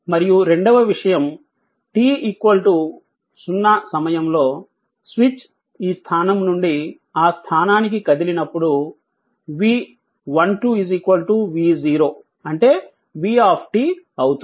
మరియు రెండవ విషయం t 0 సమయంలో స్విచ్ ఈ స్థానం నుండి ఆ స్థానానికి కదిలినప్పుడు v12 v0 అంటే v అవుతుంది